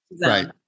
right